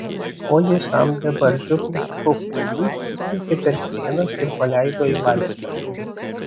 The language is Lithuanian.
o liesam bebarzdžio plėšiko kuinui supliekė per strėnas ir paleido į laisvę